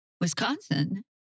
Wisconsin